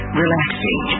relaxing